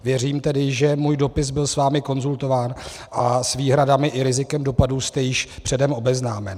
Věřím tedy, že můj dopis byl s vámi konzultován a s výhradami i rizikem dopadů jste již předem obeznámen.